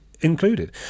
included